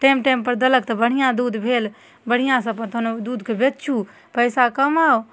time time पर देलक तऽ बढ़िऑं दूध भेल बढ़िऑंसँ अपन तहन दूधके बेचू पैसा कमाउ